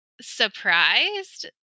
surprised